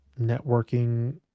networking